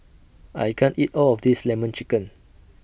I can't eat All of This Lemon Chicken